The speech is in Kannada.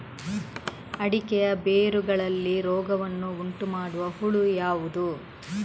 ಅಡಿಕೆಯ ಬೇರುಗಳಲ್ಲಿ ರೋಗವನ್ನು ಉಂಟುಮಾಡುವ ಹುಳು ಯಾವುದು?